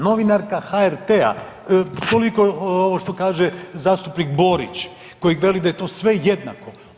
Novinarka HRT-a toliko ovo što kaže zastupnik Borić koji veli da je to sve jednako.